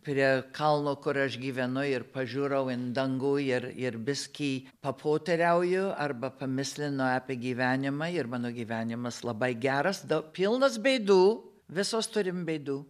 prie kalno kur aš gyvenu ir pažiūrai in dangų ir biskį papoteriauju arba pamislinu apie gyvenimą ir mano gyvenimas labai geras daug pilnas bėdų visos turim bėdų